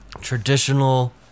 traditional